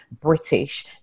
British